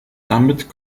damit